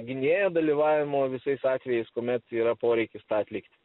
gynėjo dalyvavimo visais atvejais kuomet yra poreikis tą atlikti